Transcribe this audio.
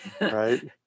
Right